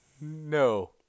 No